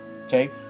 okay